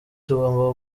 tugomba